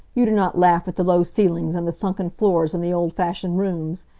you do not laugh at the low ceilings, and the sunken floors, and the old-fashioned rooms.